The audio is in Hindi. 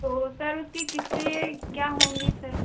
तो सर उसकी किश्तें क्या होंगी सर